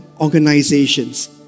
organizations